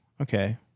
okay